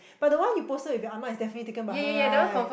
but the one you posted with your ah ma is definitely taken by her right